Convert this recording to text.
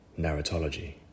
narratology